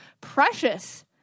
precious